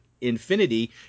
infinity